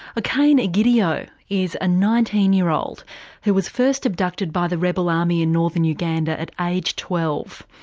kind of egidio is a nineteen year old who was first abducted by the rebel army in northern uganda at age twelve.